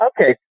okay